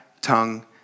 tongue